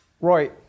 Roy